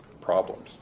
problems